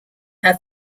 have